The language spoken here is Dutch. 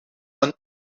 een